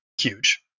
huge